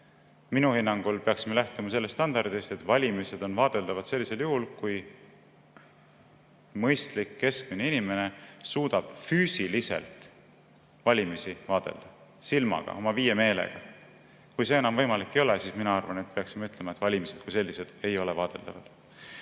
Minu hinnangul peaksime lähtuma sellest standardist, et valimised on vaadeldavad sellisel juhul, kui mõistlik keskmine inimene suudab füüsiliselt valimisi vaadelda: silmaga, oma viie meelega. Kui see enam võimalik ei ole, siis mina arvan, et peaksime ütlema, et valimised kui sellised ei ole vaadeldavad.